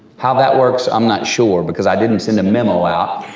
how that works i'm not sure because i didn't send a memo out.